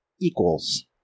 equals